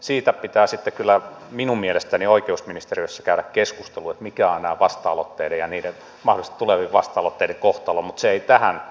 siitä pitää sitten kyllä minun mielestäni oikeusministeriössä käydä keskustelua mikä on näiden vasta aloitteiden ja mahdollisesti tulevien vasta aloitteiden kohtalo mutta se ei tähän keskusteluun kuulu